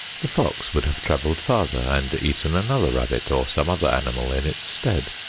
the fox would have traveled farther and eaten another rabbit or some other animal in its stead.